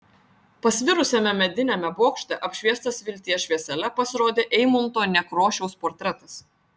pasvirusiame mediniame bokšte apšviestas vilties šviesele pasirodė eimunto nekrošiaus portretas